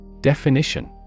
Definition